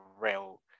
real